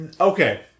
Okay